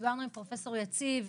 דיברנו עם פרופ' יציב,